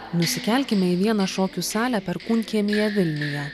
nusikelkime į vieną šokių salę perkūnkiemyje vilniuje